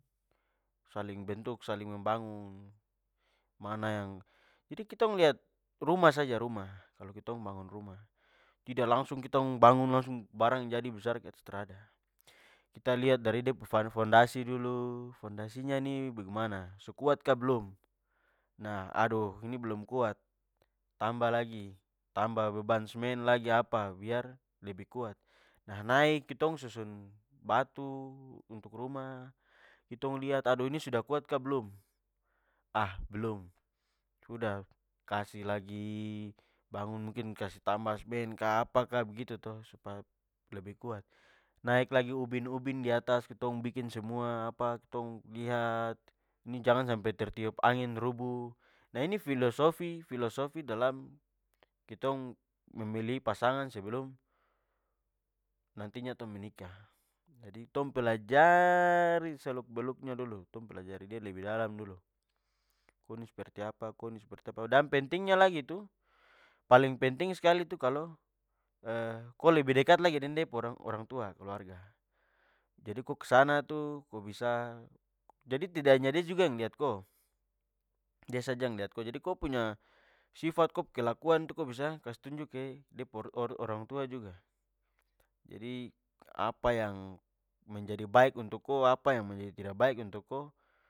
Saling bentuk, saling membangun, mana yang jadi ketong lihat rumah saja rumah, kalo ketong mo bangun rumah, tidak langsung ketong bangun langsung barang jadi besar keatas, trada! Kita lihat dari de pu fondasi dulu, fondasinya ini bagemana, su kuat kah belum? Nah, adoh ini belum kuat, tambah lagi, tambah beban semen lagi apa biar lebih kuat. Naik ketong susun batu untuk rumah, tong liat adoh ini su kuat kah belum? Ah belum, sudah kasih lagi, bangun mungkin kasih tambah semen ka apa ka begitu to supaya lebih kuat. Naik lagi ubin-ubin diatas, tong bikin semua apa tong lihat ini jang sampe tertiup angin rubuh. Ini filosofi, filosofi dalam kitong memilih pasangan sebelum nantinya tong menikah. Jadi tong pelajari seluk-beluknya dulu, tong pelajari de lebih dalam dulu. Ko ini sperti apa, ko ini sperti apa, dan pentingnya lagi tu, paling skali tu kalo apa ko lebih dekat lagi deng de punya orang tua, keluarga. Jadi ko kesana tu, ko bisa. Jadi tidak hanya de juga yang liat ko, de saja yang lihat ko. Jadi ko punya sifat, ko punya kelakuan itu ko bisa kasih tunjuk ke de punya ortu, orang tua juga. Jadi, apa yang mejadi baik untuk ko, apa yang menjadi tidak baik untuk ko